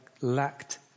lacked